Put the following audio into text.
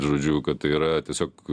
žodžiu kad tai yra tiesiog